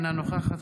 אינה נוכחת,